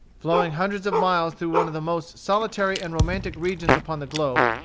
flowing hundreds of miles through one of the most solitary and romantic regions upon the globe,